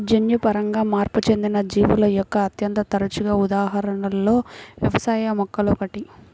జన్యుపరంగా మార్పు చెందిన జీవుల యొక్క అత్యంత తరచుగా ఉదాహరణలలో వ్యవసాయ మొక్కలు ఒకటి